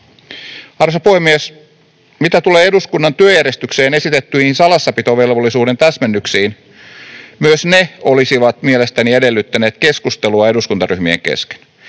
Arvoisa puhemies! Mitä tulee eduskunnan työjärjestykseen esitettyihin salassapitovelvollisuuden täsmennyksiin, niin myös ne olisivat mielestäni edellyttäneet keskustelua eduskuntaryhmien kesken,